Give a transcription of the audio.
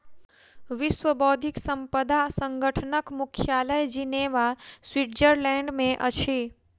विश्व बौद्धिक संपदा संगठनक मुख्यालय जिनेवा, स्विट्ज़रलैंड में अछि